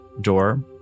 door